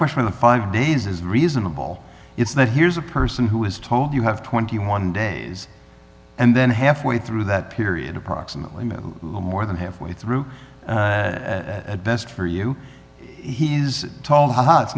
question of the five days is reasonable is that here's a person who was told you have twenty one days and then halfway through that period approximately more than halfway through at best for you he is told ha ha it's